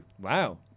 Wow